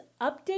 update